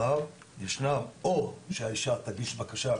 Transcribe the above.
ישנה אפשרות או שהאישה תגיש בקשה,